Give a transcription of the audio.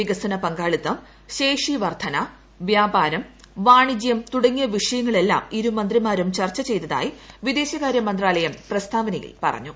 വികസന പങ്കാളിത്തം ശേഷി വർദ്ധന വ്യാപാരം വാണിജ്യം തുടങ്ങിയ വിഷയങ്ങളെല്ലാം ഇരുമന്ത്രിമാരും ചർച്ച ചെയ്തതായി വിദേശ കാര്യ മന്ത്രാലയം പ്രസ്താവനയിൽ പറഞ്ഞു